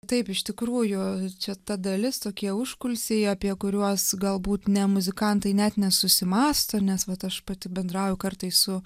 taip iš tikrųjų čia ta dalis tokie užkulisiai apie kuriuos galbūt ne muzikantai net nesusimąsto nes vat aš pati bendrauju kartais su